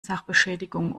sachbeschädigung